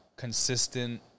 Consistent